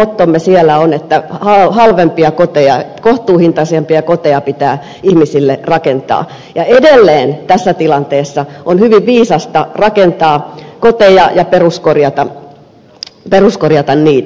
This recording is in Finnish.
meidän mottomme siellä on että halvempia koteja kohtuuhintaisempia koteja pitää ihmisille rakentaa ja edelleen tässä tilanteessa on hyvin viisasta rakentaa koteja ja peruskorjata niitä